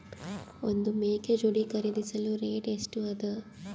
ಒಂದ್ ಮೇಕೆ ಜೋಡಿ ಖರಿದಿಸಲು ರೇಟ್ ಎಷ್ಟ ಅದ?